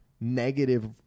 negative